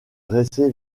dressés